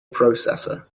processor